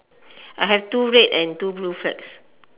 I have two red and two blue flags